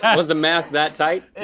and was the mask that tight?